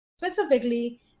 Specifically